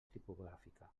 tipogràfica